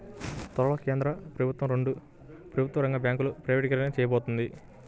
త్వరలో కేంద్ర ప్రభుత్వం రెండు ప్రభుత్వ రంగ బ్యాంకులను ప్రైవేటీకరించబోతోంది